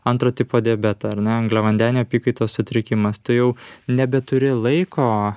antro tipo diabetą ar ne angliavandenių apykaitos sutrikimas tu jau nebeturi laiko